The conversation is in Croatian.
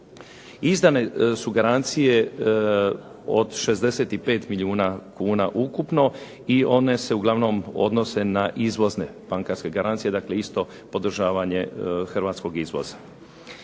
Izdane su garancije od 65 milijuna kuna ukupno i one se uglavnom odnose na izvozne bankarske garancije, isto podržavanje hrvatskog izvoza.